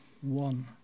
one